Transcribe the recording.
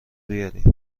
بیارین